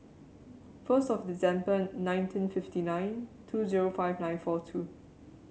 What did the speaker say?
first of December nineteen fifty one two zero five nine four two